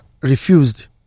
refused